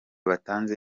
batanze